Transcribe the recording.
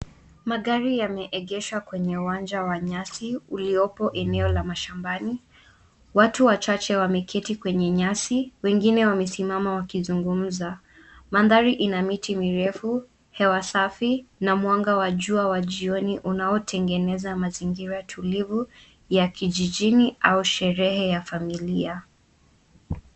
Magari yameegeshwa kwenye uwanja wa nyasi uliopo mashambani. Watu wachache wameketi kwenye nyasi. Wengine wamesimama wakizungumza. Mandhari ina miti mirefu ,hewa safi na mwanga wa jua wa jioni unaotengeneza mazingira tulivu ya kijijini au sherehe ya familia.